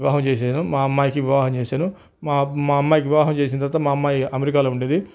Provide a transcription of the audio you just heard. వివాహం చేశాను మా అమ్మాయికి వివాహం చేశాను మా అమ్మాయికి వివాహం చేసిన తర్వాత మా అమ్మాయి అమెరికాలో ఉంటుంది